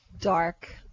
Dark